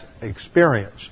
experience